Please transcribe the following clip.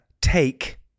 take